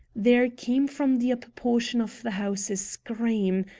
there came from the upper portion of the house a scream,